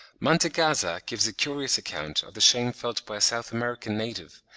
mantegazza gives a curious account of the shame felt by a south american native,